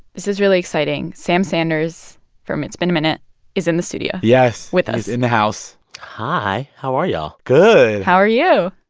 this is really exciting. sam sanders from it's been a minute is in the studio. yes. with us he's in the house hi. how are y'all? good how are you?